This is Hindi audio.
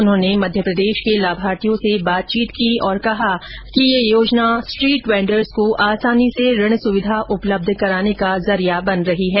उन्होंने मध्यप्रदेश के लाभार्थियों से बातचीत की और कहा कि यह योजना स्ट्रीट वैंडर्स को आसानी से ऋण सुविधा उपलब्ध कराने का जरिया बन रही है